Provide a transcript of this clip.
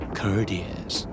courteous